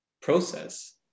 process